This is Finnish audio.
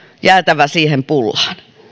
jäätävä siihen pullaan